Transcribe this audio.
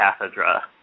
cathedra